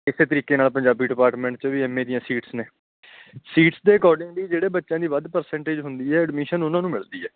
ਇਸੇ ਤਰੀਕੇ ਨਾਲ ਪੰਜਾਬੀ ਡਿਪਾਰਟਮੈਂਟ 'ਚ ਵੀ ਐੱਮਏ ਦੀਆਂ ਸੀਟਸ ਨੇ ਸੀਟਸ ਦੇ ਅਕੋਡਿੰਗਲੀ ਜਿਹੜੇ ਬੱਚਿਆਂ ਦੀ ਵੱਧ ਪ੍ਰਸੈਂਟਜ ਹੁੰਦੀ ਹੈ ਐਡਮਿਸ਼ਨ ਉਹਨਾਂ ਨੂੰ ਮਿਲਦੀ ਹੈ